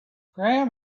graham